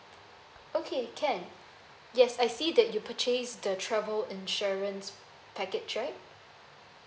okay can yes I see that you purchased the travel insurance package right